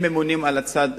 הם ממונים על הצד